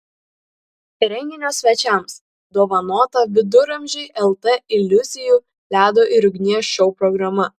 renginio svečiams dovanota viduramžiai lt iliuzijų ledo ir ugnies šou programa